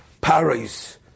paris